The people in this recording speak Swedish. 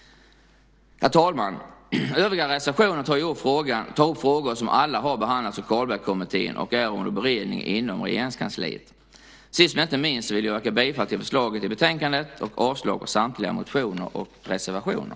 Herr talman! Övriga reservationer tar upp frågor som alla har behandlats av Carlbeckkommittén och är under beredning i Regeringskansliet. Sist, men inte minst, vill jag yrka bifall till förslaget i betänkandet och avslag på samtliga motioner och reservationer.